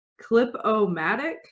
Clip-O-Matic